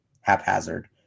haphazard